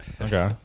Okay